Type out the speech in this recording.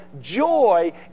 joy